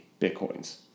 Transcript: Bitcoins